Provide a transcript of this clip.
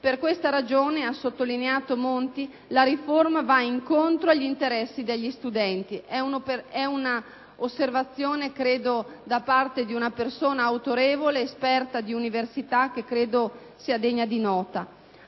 Per questa ragione, ha sottolineato Monti, la riforma va incontro agli interessi degli studenti. È una osservazione di una persona autorevole ed esperta di università che, credo, sia degna di nota.